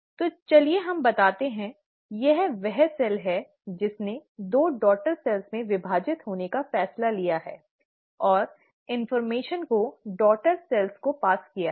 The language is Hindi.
तो चलिए हम बताते हैं यह वह सेल है जिसने दो डॉटर सेल्स में विभाजित होने का फैसला किया है और जानकारी को डॉटर सेल्स को पास किया है